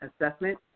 assessment